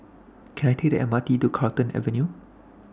Can I Take The MRT to Carlton Avenue